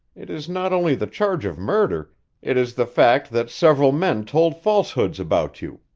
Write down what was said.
it is not only the charge of murder it is the fact that several men told falsehoods about you.